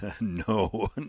No